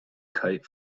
kite